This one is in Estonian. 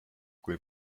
kui